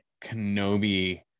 Kenobi